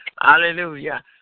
Hallelujah